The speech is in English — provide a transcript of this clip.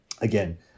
again